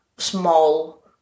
small